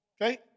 Okay